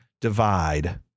divide